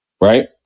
right